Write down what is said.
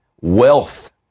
wealth